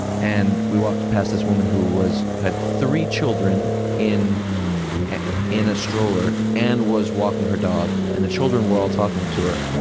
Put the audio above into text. and we walked past this woman who had three children in and in a stroller and was walking her dog, and the children were all talking to her,